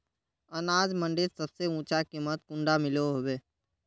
अनाज मंडीत सबसे ऊँचा कीमत कुंडा मिलोहो होबे?